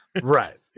Right